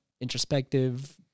introspective